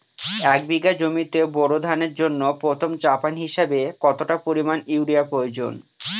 এক বিঘা জমিতে বোরো ধানের জন্য প্রথম চাপান হিসাবে কতটা পরিমাণ ইউরিয়া প্রয়োজন?